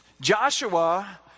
Joshua